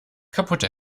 kaputte